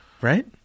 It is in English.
right